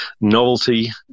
novelty